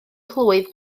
plwyf